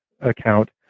account